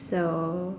so